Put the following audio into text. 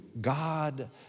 God